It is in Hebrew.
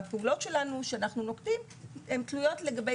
הפעולות שאנו נוקטים הן תלויות לגבי